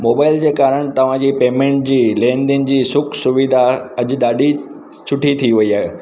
mobile जे कारणु तव्हांजी पेमेंट जी लेन देन जी सुख सुविधा अॼु ॾाढी सुठी थी वई आहे